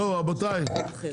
טוב רבותיי, הבנתם?